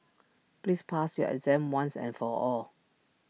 please pass your exam once and for all